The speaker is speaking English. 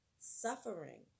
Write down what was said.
suffering